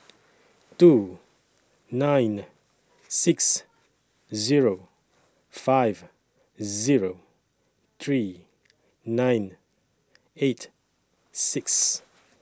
two nine six Zero five Zero three nine eight six